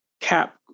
cap